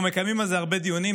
אנחנו מקיימים על זה הרבה דיונים,